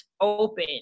open